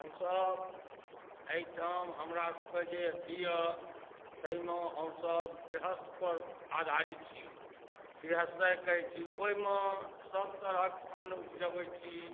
हमसब एहिठाम हमरा सबके अथी यऽ ताहिमे हमसब गृहस्थ पर आधारित छी गृहस्थक कहैत छी ओहिमे सब तरहक अन्न उपजबैत छी